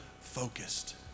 focused